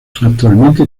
actualmente